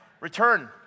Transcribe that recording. return